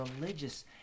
religious